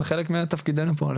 זה חלק מתפקידינו פה בכנסת,